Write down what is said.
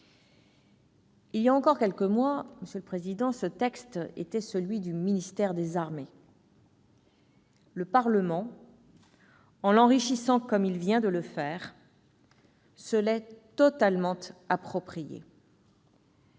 Il y a encore quelques mois, monsieur le président, ce texte était celui du ministère des armées. Le Parlement, en l'enrichissant comme il vient de le faire, se l'est totalement approprié.